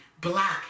black